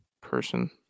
Person